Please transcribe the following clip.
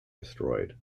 destroyed